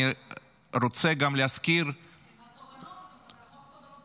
היום אני רוצה גם להזכיר --- אתה מדבר על חוק תובענות ייצוגיות.